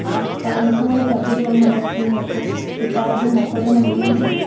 हा पर मूंखे कोई शक जो मतिलबु कोई मौक़ो शिकाइत जो मौक़ो त न मिलंदो न